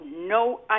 no